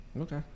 Okay